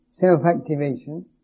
self-activation